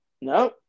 No